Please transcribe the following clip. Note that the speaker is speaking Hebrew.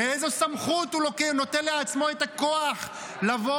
מאיזו סמכות הוא נוטל לעצמו את הכוח לבוא